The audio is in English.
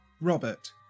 Robert